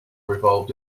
revolved